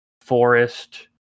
forest